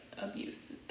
abuse